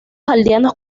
aldeanos